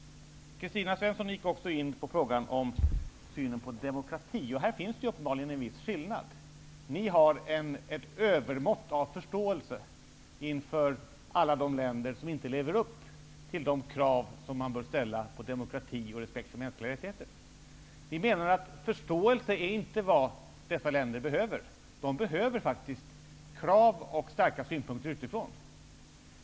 Kristina Svensson gick också in på frågan om demokrati. Här finns uppenbarligen en viss skillnad. Ni har ett övermått av förståelse inför alla de länder som inte lever upp till de krav som man bör ställa på demokrati och respekt för mänskliga rättigheter. Vi menar att förståelse är inte vad dessa länder behöver. De behöver faktiskt krav och starka synpunkter utifrån.